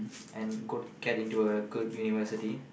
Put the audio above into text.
and go get into a good university